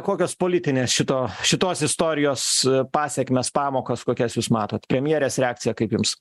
kokios politinės šito šitos istorijos pasekmės pamokos kokias jūs matot premjerės reakcija kaip jums